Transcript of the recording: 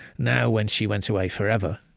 now, when she went away forever,